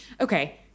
okay